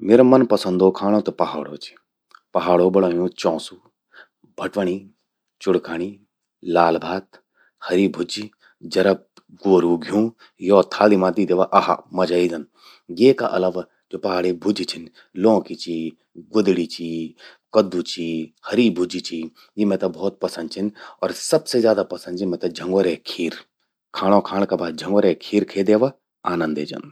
म्येरा मनपसंदो खाणों त पहाड़ो चि। पहाड़ो बणयूं चौंसू, भट्वणि, चुड़खणि, लाल भात, हरी भुज्जि, जरा ग्वोरू घ्यूं यो थाली मां दी द्यावा अहा मजा जंद। येका अलावा ज्वो पहाड़े भुज्जि छिन। लौंकि चि, ग्वोदड़ि चि, कद्दू चि, हरी भुज्जि चि यी मेते भौत पसंद छिन। अर सबसे ज्यादा पसंद चि मेते झंग्वरे खीर। खाणो खाण का बाद झंग्वरे खीर खे द्यावा, आनंद ए जंग।